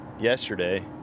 yesterday